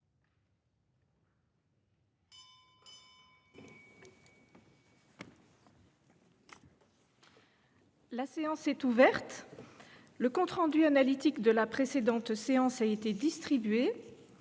La séance est ouverte. Le compte rendu analytique de la précédente séance a été distribué.